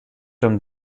from